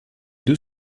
deux